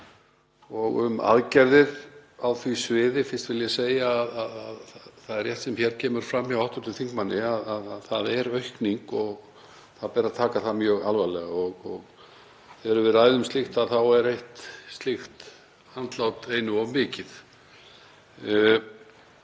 og um aðgerðir á því sviði. Fyrst vil ég segja að það er rétt sem hér kemur fram hjá hv. þingmanni að það er aukning og ber að taka það mjög alvarlega. Þegar við ræðum slíkt er eitt slíkt andlát einu of mikið.